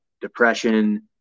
depression